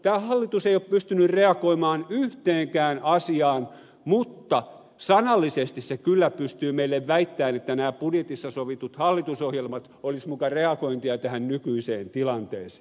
tämä hallitus ei ole pystynyt reagoimaan yhteenkään asiaan mutta sanallisesti se kyllä pystyy meille väittämään että nämä budjetissa sovitut asiat olisivat muka reagointia nykyiseen tilanteeseen